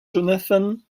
jonathan